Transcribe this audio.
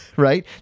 Right